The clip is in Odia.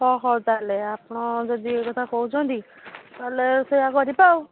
ହ ହଉ ତାହେଲେ ଆପଣ ଯଦି ଏକଥା କହୁଛନ୍ତି ତାହେଲେ ସେଇଆ କରିବା ଆଉ